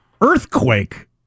earthquake